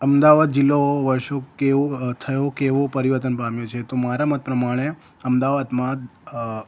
અમદાવાદ જિલ્લો વર્ષો કેવું થયો કેવો પરિવર્તન પામ્યો છે તો મારા મત પ્રમાણે અમદાવાદમાં